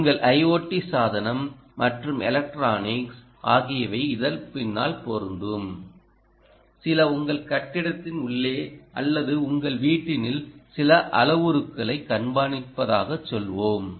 உங்கள் ஐஓடி சாதனம் மற்றும் எலக்ட்ரானிக்ஸ் ஆகியவை இதன் பின்னால் பொருந்தும் இது சில உங்கள் கட்டிடத்தின் உள்ளே அல்லது உங்கள் வீட்டினுள் சில அளவுருக்களைக் கண்காணிப்பதாகச் சொல்வோம்